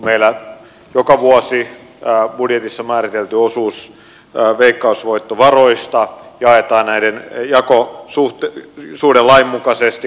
meillä joka vuosi budjetissa määritelty osuus veikkausvoittovaroista jaetaan jakosuhdelain mukaisesti